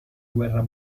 guerra